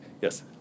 Yes